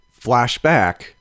Flashback